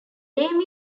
name